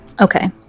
Okay